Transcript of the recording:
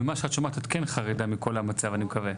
ממה שאת שומעת את כן חרדה מכל המצב אני מקווה.